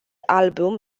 album